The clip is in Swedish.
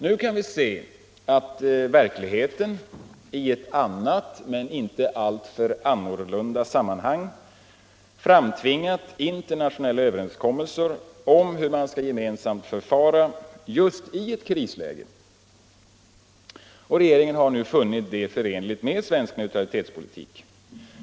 Nu kan vi se att verkligheten i ett annat men inte alltför annorlunda sammanhang framtvingat internationella överenskommelser om hur man skall gemensamt förfara just i ett krisläge. Regeringen har nu funnit detta förenligt med svensk neutralitetspolitik.